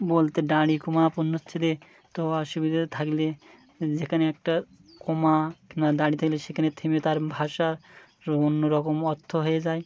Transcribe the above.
বলতে দাঁড়ি কমা পণ্য ছেলে তো অসুবিধা থাকলে যেখানে একটা কমা না দাঁড়ি থাকলে সেখানে থেমে তার ভাষার অন্য রকম অর্থ হয়ে যায়